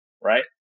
right